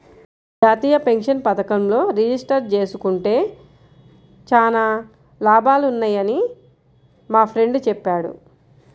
జాతీయ పెన్షన్ పథకంలో రిజిస్టర్ జేసుకుంటే చానా లాభాలున్నయ్యని మా ఫ్రెండు చెప్పాడు